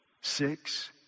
Six